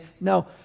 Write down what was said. no